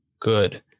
good